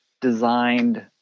designed